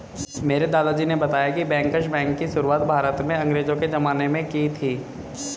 मेरे दादाजी ने बताया की बैंकर्स बैंक की शुरुआत भारत में अंग्रेज़ो के ज़माने में की थी